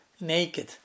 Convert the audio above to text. naked